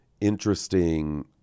interesting